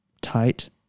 tight